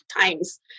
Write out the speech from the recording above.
times